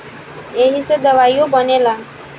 ऐइसे दवाइयो बनेला